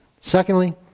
Secondly